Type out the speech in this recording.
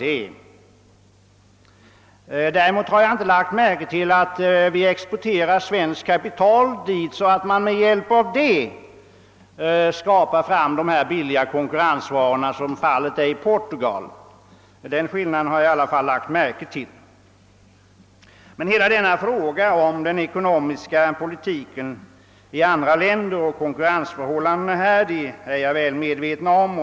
Däremot kan jag säga, att jag inte lagt märke till att vi dit exporterar svenskt kapital så att man där nere med hjälp av detta kapital får fram sådana billiga konkurrensvaror som exempelvis är fallet i Portugal. Den skillnaden har jag i alla fall lagt märke till. Men att andra länders ekonomiska politik och deras konkurrens med svensk industri medför problem är jag väl medveten om.